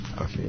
Okay